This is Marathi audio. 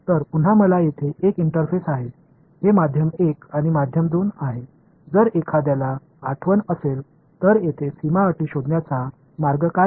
तर पुन्हा मला येथे एक इंटरफेस आहे हे मध्यम 1 आणि मध्यम 2 आहे जर एखाद्याला आठवण असेल तर येथे सीमा अटी शोधण्याचा मार्ग काय आहे